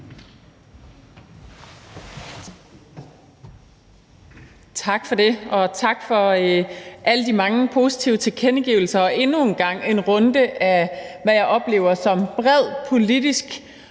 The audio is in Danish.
Tak for det, og tak for alle de mange positive tilkendegivelser, og tak for endnu en runde af, hvad jeg oplever som bred politisk